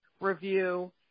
review